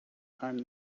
time